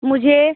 मुझे